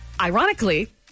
Ironically